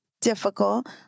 difficult